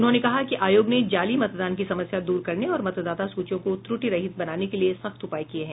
उन्होंने कहा कि आयोग ने जाली मतदान की समस्या दूर करने और मतदाता सूचियों को त्रुटिरहित बनाने के लिए सख्त उपाय किये हैं